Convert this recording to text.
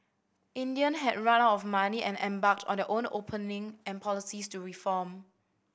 India had run out of money and embarked on their own opening and policies to reform